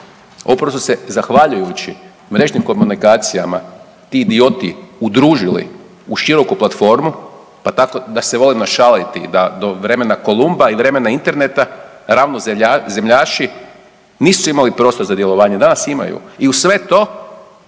upravo su se zahvaljujući mrežnim komunikacijama ti idioti udružili u široku platformu, pa tako da se volimo šaliti da do vremena Kolumba i vremena interneta ravnozemljaši nisu imali prostor za djelovanje, danas imaju i uz sve to,